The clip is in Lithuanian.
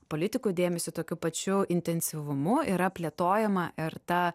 politikų dėmesiu tokiu pačiu intensyvumu yra plėtojama ir ta